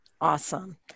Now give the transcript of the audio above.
Awesome